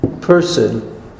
person